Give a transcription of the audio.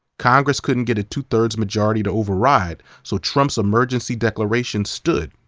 congress couldn't get a two thirds majority to override, so trump's emergency declaration stood.